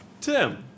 Tim